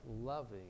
loving